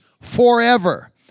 forever